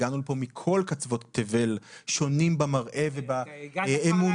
הגענו לפה מכל קצוות תבל שונים במראה באמונה